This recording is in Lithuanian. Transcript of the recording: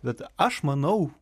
bet aš manau